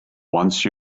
once